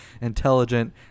intelligent